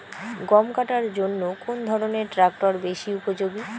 গম কাটার জন্য কোন ধরণের ট্রাক্টর বেশি উপযোগী?